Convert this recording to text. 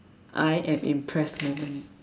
I am impressed moment